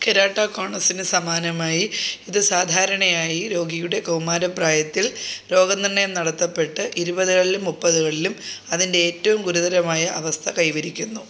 കെരാട്ടോകോണസിന് സമാനമായി ഇത് സാധാരണയായി രോഗിയുടെ കൗമാരപ്രായത്തിൽ രോഗനിർണയം നടത്തപ്പെട്ട് ഇരുപതുകളിലും മുപ്പതുകളിലും അതിന്റെ ഏറ്റവും ഗുരുതരമായ അവസ്ഥ കൈവരിക്കുന്നു